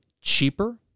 cheaper